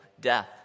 death